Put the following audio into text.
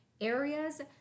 areas